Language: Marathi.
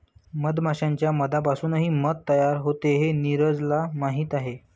मधमाश्यांच्या मधापासूनही मध तयार होते हे नीरजला माहीत आहे